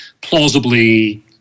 plausibly –